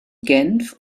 genf